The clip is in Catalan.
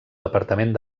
departament